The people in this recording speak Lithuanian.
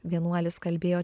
vienuolis kalbėjo